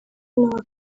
n’uwa